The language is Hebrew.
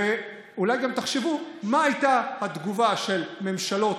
אולי גם תחשבו מה הייתה התגובה של ממשלות